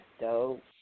dope